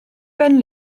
ben